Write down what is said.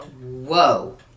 Whoa